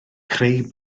creu